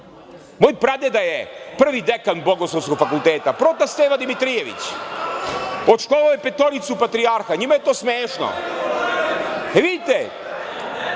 Moj pradeda je prvi dekan Bogoslovskog fakulteta, prota Stevan Dimitrijević, odškolovao je trojicu patrijarha, a njima je to smešno. Vidite,